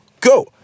go